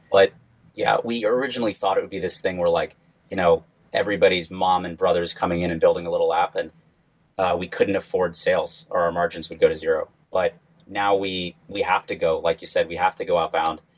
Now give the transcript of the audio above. but yeah we originally thought of this thing where like you know everybody's mom and brothers coming in and building a little app. and we couldn't afford sales or our margins would go to zero. but now, we we have to go. like you said, we have to go outbound.